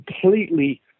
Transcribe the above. completely